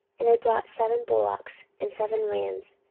and they brought seven bullocks, and seven rams,